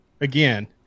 again